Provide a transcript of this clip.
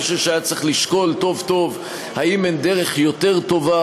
אני חושב שהיה צריך לשקול טוב-טוב האם אין דרך יותר טובה,